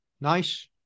nice